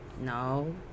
No